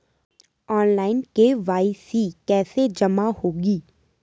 Online KYC कैसे जमा होगी?